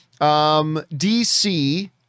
DC